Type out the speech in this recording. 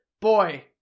boy